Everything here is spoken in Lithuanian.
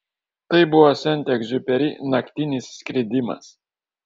tai buvo sent egziuperi naktinis skridimas